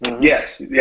Yes